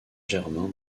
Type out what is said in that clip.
germain